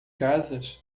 casas